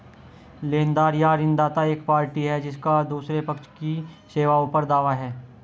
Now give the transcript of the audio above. लेनदार या ऋणदाता एक पार्टी है जिसका दूसरे पक्ष की सेवाओं पर दावा है